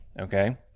Okay